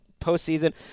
postseason